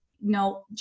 no